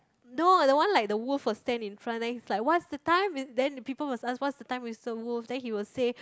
no the one like the wolf will stand in front then he's like what's the time with then the people must ask what's the time Mister Wolf then he will say